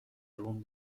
روم